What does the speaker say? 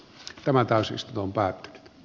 tämä täysistuntoon päät